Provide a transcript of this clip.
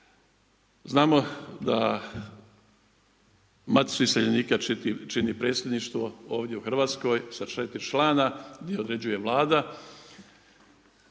Znamo da Maticu iseljenika čini predsjedništvo ovdje u Hrvatskoj sa četiri člana, gdje određuje Vlada.